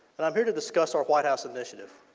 but um here to discuss our white house initiative.